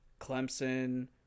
Clemson